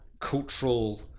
cultural